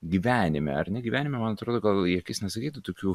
gyvenime ar ne gyvenime man atrodo gal į akis nesakytų tokių